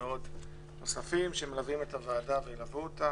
מאוד נוספים שמלווים את הוועדה ויילוו אותה.